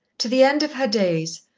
to the end of her days,